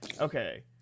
Okay